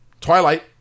Twilight